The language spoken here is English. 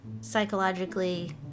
psychologically